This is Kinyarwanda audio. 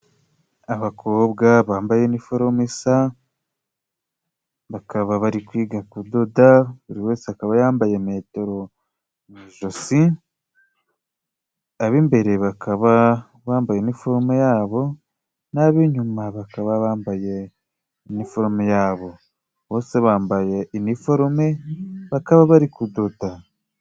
Abakobwa bambaye niforemesa bakaba bari kwiga kudoda buri wese akaba yambaye meterojosi ab'imbere bakaba bambaye iniforome yabo n'ab'inyuma bakaba bambaye iniiforome yabo bose bambaye imiforome bakaba bari kudota.